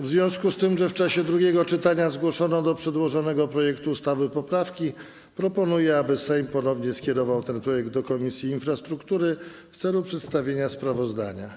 W związku z tym, że w czasie drugiego czytania zgłoszono do przedłożonego projektu ustawy poprawki, proponuję, aby Sejm ponownie skierował ten projekt do Komisji Infrastruktury w celu przedstawienia sprawozdania.